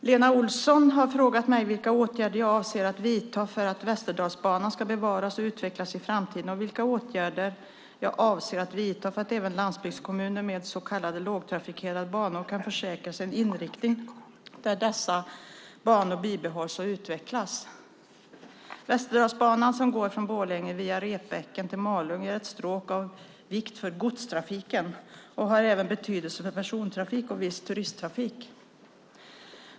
Fru talman! Lena Olsson har frågat mig vilka åtgärder jag avser att vidta för att Västerdalsbanan ska bevaras och utvecklas i framtiden och vilka åtgärder jag avser att vidta för att även landsbygdskommuner med så kallade lågtrafikerade banor kan försäkras en inriktning där dessa banor bibehålls och utvecklas. Västerdalsbanan som går från Borlänge via Repbäcken till Malung är ett stråk av vikt för godstrafiken och har även betydelse för persontrafik och viss turisttrafik.